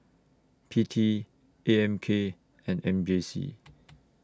P T A M K and M J C